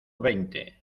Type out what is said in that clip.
veinte